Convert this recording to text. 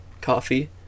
coffee